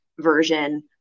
version